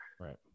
right